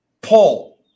Paul